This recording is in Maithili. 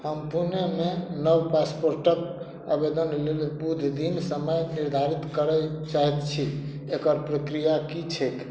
हम पुणे मे नव पासपोर्टक आवेदन लेल बुधदिन समय निर्धारित करय चाहैत छी एकर प्रक्रिया की थिक